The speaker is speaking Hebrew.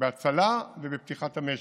בהצלה ובפתיחת המשק.